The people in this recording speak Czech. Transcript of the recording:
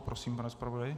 Prosím, pane zpravodaji.